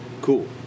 cool